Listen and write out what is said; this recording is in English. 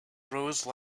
rose